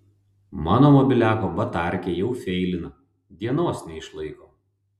mano mobiliako batarkė jau feilina dienos neišlaiko